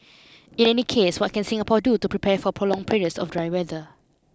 in any case what can Singapore do to prepare forprolonged periods of dry weather